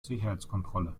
sicherheitskontrolle